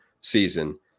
season